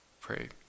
pray